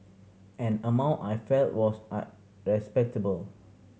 an amount I felt was respectable